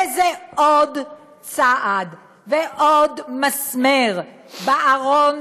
וזה עוד צעד ועוד מסמר בארון,